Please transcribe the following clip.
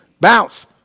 Bounce